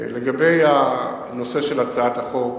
לגבי הנושא של הצעת החוק,